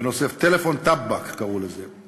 "טלפון טבעק" קראו לזה.